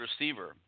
receiver